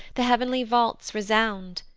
the heav'nly vaults resound.